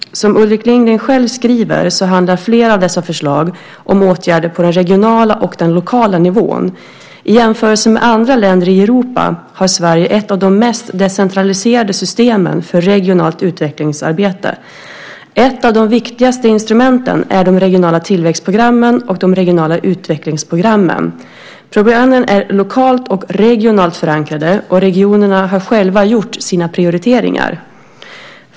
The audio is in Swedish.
Som Ulrik Lindgren själv skriver handlar flera av dessa förslag om åtgärder på den regionala och den lokala nivån. I jämförelse med andra länder i Europa har Sverige ett av de mest decentraliserade systemen för regionalt utvecklingsarbete. Ett av de viktigaste instrumenten är de regionala tillväxtprogrammen och de regionala utvecklingsprogrammen. Programmen är lokalt och regionalt förankrade, och regionerna har själva gjort sina prioriteringar.